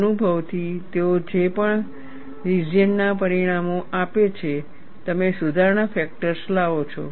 અનુભવથી તેઓ જે પણ રિજિયન ના પરિણામો આપે છે તમે સુધારણા ફેક્ટર્સ લાવો છો